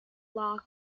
law